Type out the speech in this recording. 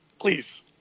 Please